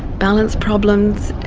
balance problems,